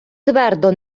твердо